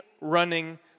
running